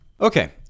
Okay